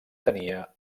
tenia